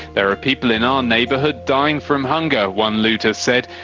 there are people in our neighbourhood dying from hunger one looter said.